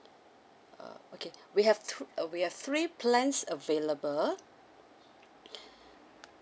uh okay we have th~ uh we have three plans available